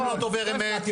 גם לא דובר אמת,